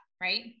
right